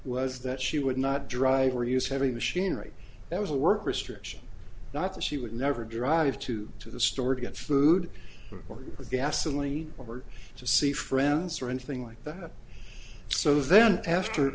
was that she would not drive or use heavy machinery that was a work restriction not that she would never drive to to the store to get food or gasoline forward to see friends or anything like that so then after